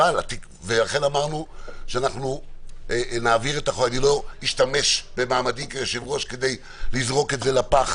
ולכן אמרנו שאני לא אשתמש במעמדי כיושב-ראש כדי לזרוק את זה לפח.